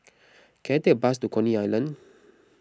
can I take a bus to Coney Island